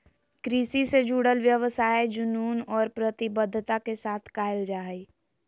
कृषि से जुडल व्यवसाय जुनून और प्रतिबद्धता के साथ कयल जा हइ